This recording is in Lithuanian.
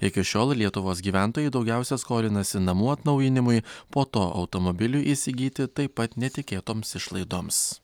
iki šiol lietuvos gyventojai daugiausia skolinasi namų atnaujinimui po to automobiliui įsigyti taip pat netikėtoms išlaidoms